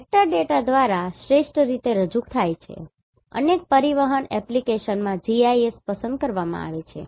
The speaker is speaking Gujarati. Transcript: વેક્ટર ડેટા દ્વારા શ્રેષ્ઠ રીતે રજૂ થાય છે અનેક પરિવહન એપ્લિકેશનમાં GIS પસંદ કરવામાં આવે છે